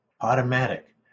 Automatic